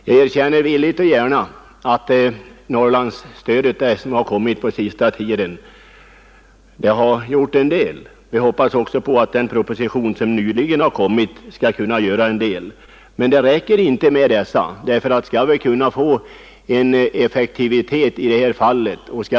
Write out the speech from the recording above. Jag erkänner villigt och gärna att det Norrlandsstöd som givits på senaste tiden har gjort en del, och jag hoppas att den proposition som nyligen kommit beträffande Stöd till mjölkföretag också skall göra en del. Men det räcker inte.